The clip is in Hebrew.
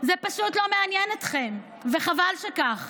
זה פשוט לא מעניין אתכם, וחבל שכך.